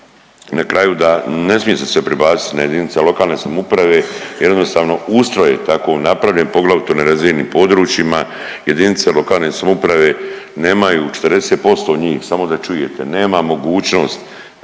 na kraju ne smije se sve prebaciti na jedinice lokalne samouprave, jer jednostavno ustroj je tako napravljen poglavito na razini područjima jedinice lokalne samouprave nemaju 40% njih, samo da čujete nema mogućnost